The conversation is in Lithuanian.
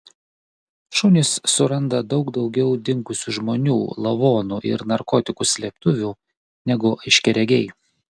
šunys suranda daug daugiau dingusių žmonių lavonų ir narkotikų slėptuvių negu aiškiaregiai